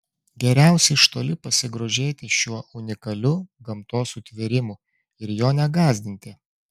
geriausia iš toli pasigrožėti šiuo unikaliu gamtos sutvėrimu ir jo negąsdinti